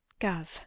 Gov